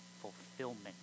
fulfillment